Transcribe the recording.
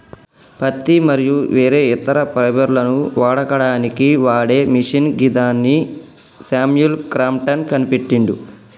పత్తి మరియు వేరే ఇతర ఫైబర్లను వడకడానికి వాడే మిషిన్ గిదాన్ని శామ్యుల్ క్రాంప్టన్ కనిపెట్టిండు